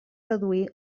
reduir